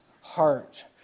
heart